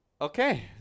Okay